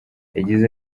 yagize